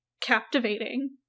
captivating